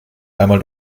einmal